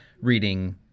reading